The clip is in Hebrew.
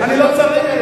אני לא צריך.